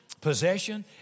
possession